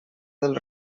del